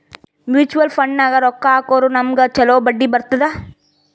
mutual ಫಂಡ್ನಾಗ್ ರೊಕ್ಕಾ ಹಾಕುರ್ ನಮ್ಗ್ ಛಲೋ ಬಡ್ಡಿ ಬರ್ತುದ್